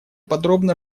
подробно